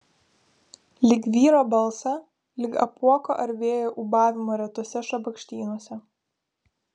lyg vyro balsą lyg apuoko ar vėjo ūbavimą retuose šabakštynuose